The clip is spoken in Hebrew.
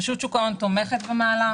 רשות שוק ההון תומכת במהלך,